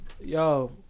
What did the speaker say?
Yo